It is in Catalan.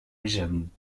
vigent